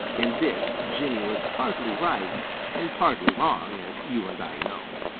in this jimmy was partly right and partly wrong, as you and i know.